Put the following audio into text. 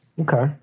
Okay